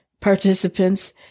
participants